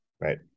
Right